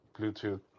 bluetooth